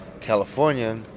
California